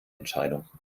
entscheidung